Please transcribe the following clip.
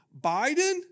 Biden